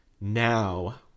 now